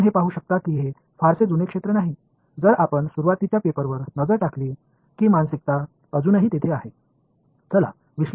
எனவே இது 60 களில் இருந்து வருகிறது இந்த துறை வரும்போது இது மிகவும் பழமையான துறை அல்ல என்பதை நீங்கள் காணலாம்